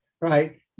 right